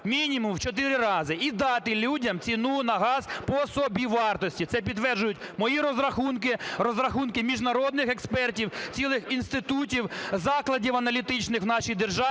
мінімум в 4 рази і дати людям ціну на газ по собівартості. Це підтверджують мої розрахунки, розрахунки міжнародних експертів, цілих інститутів, закладів аналітичних в нашій державі,